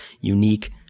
unique